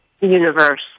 universe